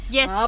Yes